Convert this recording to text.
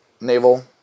naval